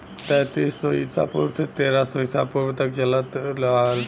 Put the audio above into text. तैंतीस सौ ईसा पूर्व से तेरह सौ ईसा पूर्व तक चलल रहल